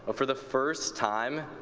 for the first time